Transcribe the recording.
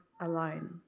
alone